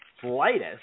slightest